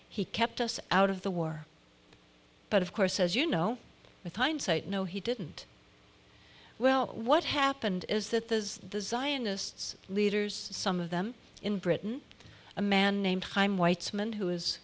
he kept us out of the war but of course as you know with hindsight no he didn't well what happened is that this is the zionists leaders some of them in britain a man named time weitzman who is